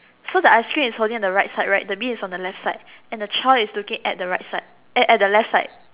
so the ice cream is holding on the right side right the bee is on the left side and the child is looking at the right side eh at the left side